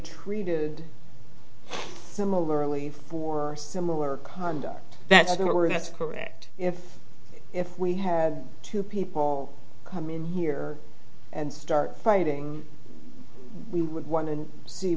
treated similarly for similar conduct that's what we're that's correct if if we had two people come in here and start fighting we would want to see